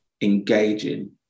engaging